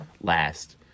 last